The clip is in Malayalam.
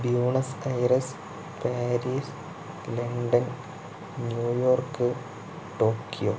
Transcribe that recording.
Buenos Aires Paris London New York Tokyo